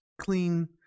Clean